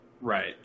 Right